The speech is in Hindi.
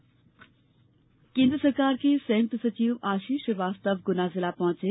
स्टाप सेंटर सखी केंद्र सरकार के संयुक्त सचिव आशीष श्रीवास्तव गुना जिला पहुंचे